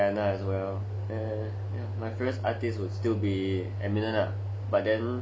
my favourite artist would still be eminem lah